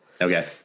Okay